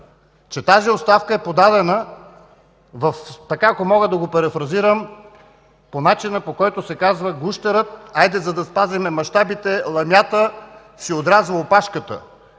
че тази оставка е подадена, ако мога да го перифразирам, по начина, по който се казва: „Гущерът...”, хайде, за да спазим мащабите: „Ламята си отрязва опашката”.